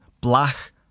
Black